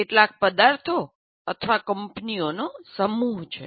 કેટલાક પદાર્થો અથવા કંપનીઓનો સમૂહ છે